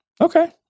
Okay